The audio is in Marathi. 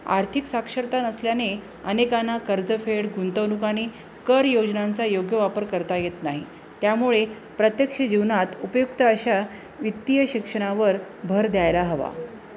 आर्थिक साक्षरता नसल्याने अनेकांना कर्जफेड गुंतवणूक आणि कर योजनांचा योग्य वापर करता येत नाही त्यामुळे प्रत्यक्ष जीवनात उपयुक्त अशा वित्तीय शिक्षणावर भर द्यायला हवा